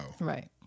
right